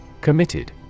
Committed